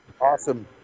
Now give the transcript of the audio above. Awesome